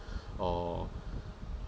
or